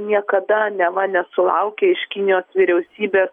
niekada neva nesulaukė iš kinijos vyriausybės